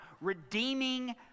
Redeeming